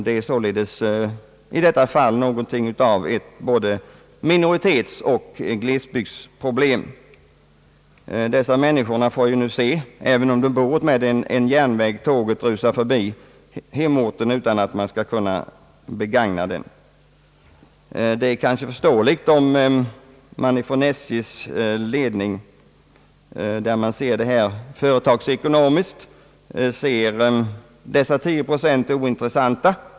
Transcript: Det gäller således här både ett minoritetsoch glesbygdsproblem. Dessa människor får nu, även om de bor utmed en järnväg, se tåget rusa förbi hemorten utan att de kan begagna det. Det är kanske förståeligt om SJ:s ledning — när man ser detta företagsekonomiskt — anser dessa 10 procent ointressanta.